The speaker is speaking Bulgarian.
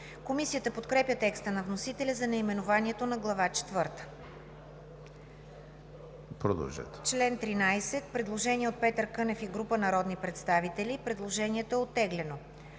Комисията подкрепя текста на вносителя за наименованието на глава четвърта.